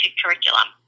curriculum